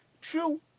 True